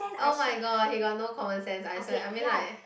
oh-my-god he got no common sense I swear I mean like